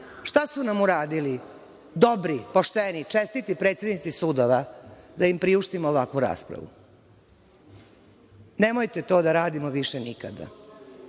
šta su nam uradili dobri, čestiti predsednici sudova da im priuštimo ovakvu raspravu? Nemojte više to da radimo nikada.